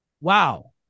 Wow